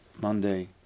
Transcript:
Monday